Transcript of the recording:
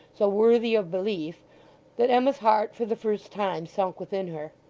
so worthy of belief that emma's heart, for the first time, sunk within her.